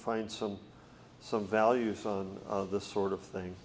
find some some value son of this sort of thing